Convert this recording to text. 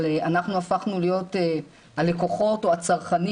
אבל אנחנו הפכנו להיות הלקוחות או הצרכנים